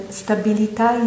stabilità